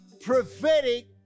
prophetic